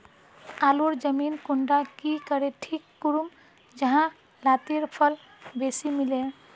आलूर जमीन कुंडा की करे ठीक करूम जाहा लात्तिर फल बेसी मिले?